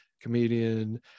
comedian